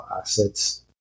assets